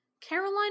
Caroline